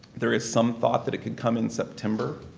there is some thought that it could come in september,